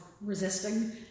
resisting